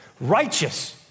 righteous